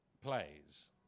plays